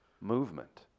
movement